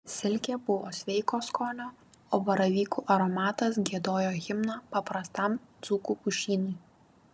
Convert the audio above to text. silkė buvo sveiko skonio o baravykų aromatas giedojo himną paprastam dzūkų pušynui